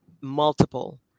multiple